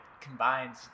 combines